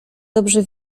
dobrze